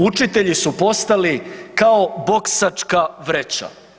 Učitelji su postali kao boksačka vreća.